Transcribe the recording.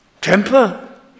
temper